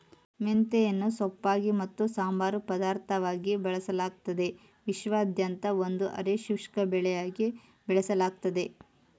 ಮೆಂತೆಯನ್ನು ಸೊಪ್ಪಾಗಿ ಮತ್ತು ಸಂಬಾರ ಪದಾರ್ಥವಾಗಿ ಬಳಸಲಾಗ್ತದೆ ವಿಶ್ವಾದ್ಯಂತ ಒಂದು ಅರೆ ಶುಷ್ಕ ಬೆಳೆಯಾಗಿ ಬೆಳೆಸಲಾಗ್ತದೆ